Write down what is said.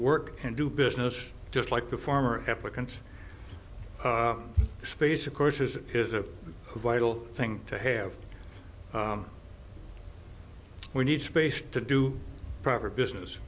work and do business just like the farmer replicants space of course is is a vital thing to have we need space to do proper business